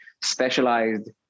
specialized